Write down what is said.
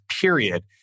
period